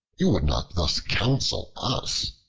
you would not thus counsel us.